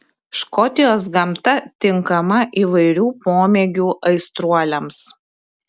škotijos gamta tinkama įvairių pomėgių aistruoliams